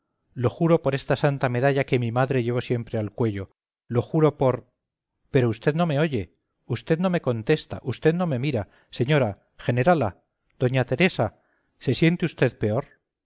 lo juro por esta santa medalla que mi madre llevó siempre al cuello lo juro por pero usted no me oye usted no me contesta usted no me mira señora generala doña teresa se siente usted peor